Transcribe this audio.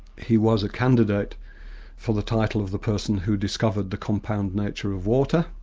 he was a candidate for the title of the person who discovered the compound nature of water,